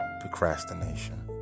procrastination